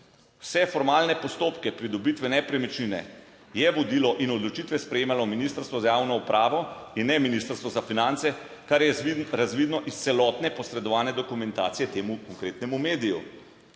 Vse formalne postopke pridobitve nepremičnine je vodilo in odločitve sprejemalo Ministrstvo za javno upravo in ne Ministrstvo za finance, kar je razvidno iz celotne posredovane dokumentacije temu konkretnemu mediju,